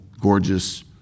gorgeous